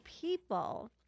people